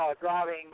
driving